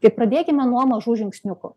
tai pradėkime nuo mažų žingsniukų